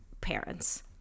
parents